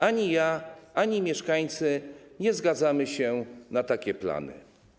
Ani ja, ani mieszkańcy nie zgadzamy się na takie plany.